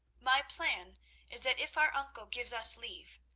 my plan is that if our uncle gives us leave,